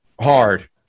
hard